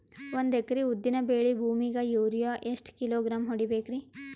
ಒಂದ್ ಎಕರಿ ಉದ್ದಿನ ಬೇಳಿ ಭೂಮಿಗ ಯೋರಿಯ ಎಷ್ಟ ಕಿಲೋಗ್ರಾಂ ಹೊಡೀಬೇಕ್ರಿ?